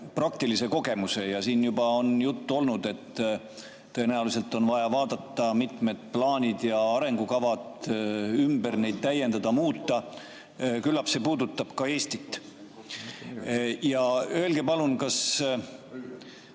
praktilise kogemuse. Siin on juba juttu olnud, et tõenäoliselt on vaja vaadata mitmed plaanid ja arengukavad üle, neid täiendada ja muuta. Küllap see puudutab ka Eestit. Öelge palun, kas